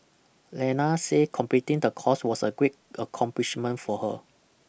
Lena say completing the course was a great accomplishment for her